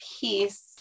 peace